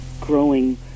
growing